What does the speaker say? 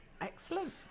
excellent